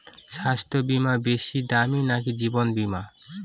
স্বাস্থ্য বীমা বেশী দামী নাকি জীবন বীমা?